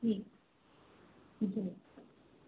जी जी